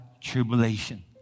tribulation